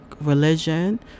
religion